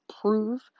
prove